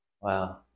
Wow